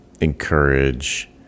encourage